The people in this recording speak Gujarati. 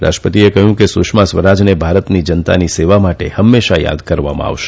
રાષ્ટ્રપતિએ કહ્યું કે સુષ્મા સ્વરાજને ભારતની જનતાની સેવા માટે હંમેશા થાદ કરવામાં આવશે